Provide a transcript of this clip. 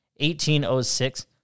1806